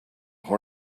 horn